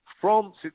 France